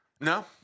No